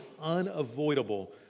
unavoidable